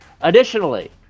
additionally